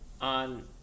on